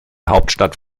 hauptstadt